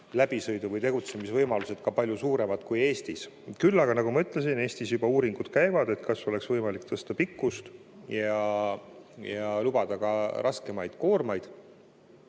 läbisõidu‑ või tegutsemisvõimalused ka palju suuremad kui Eestis. Küll aga, nagu ma ütlesin, Eestis juba uuringud käivad, kas oleks võimalik tõsta pikkust ja lubada ka raskemaid koormaid.